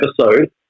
episode